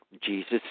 Jesus